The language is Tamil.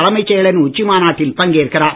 தலைமைச் செயலரின் உச்சி மாநாட்டில் பங்கேற்கிறார்